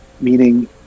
meaning